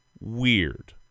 weird